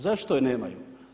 Zašto je nemaju?